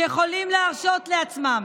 שיכולים להרשות לעצמם.